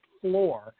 floor